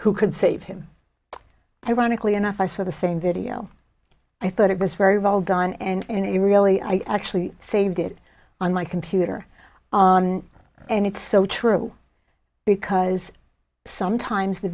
could save him ironically enough i saw the same video i thought it was very well done and it really i actually saved it on my computer on and it's so true because sometimes the